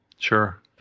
Sure